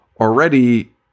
already